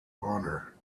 honor